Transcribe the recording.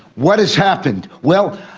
what has happened? well,